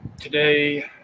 Today